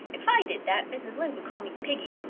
if i did that mrs. lynde would call me piggy.